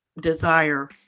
desire